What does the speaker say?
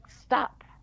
stop